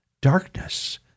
darkness